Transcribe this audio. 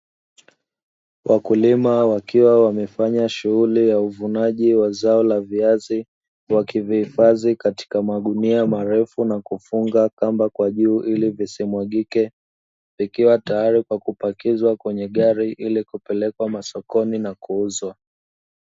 Wakulima wakiwa wanafanya shughuli ya uvunaji wa zao la viazi, wakivihifadhi katika magunia marefu na kufunga kamba kwa juu ili visimwagike, vikiwa tayari kwa kupakizwa kwenye gari ili kupelekwa masokoni na kuuzwa.